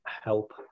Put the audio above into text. Help